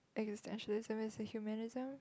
extantialism is a humanism